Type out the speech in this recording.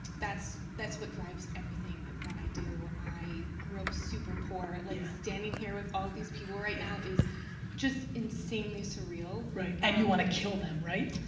that's that's what drives everything that i do. i grew up super poor, at least standing here with all these people right now is just insanely surreal. right, and you want to kill them, right?